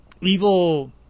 Evil